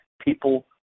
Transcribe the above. people